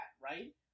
right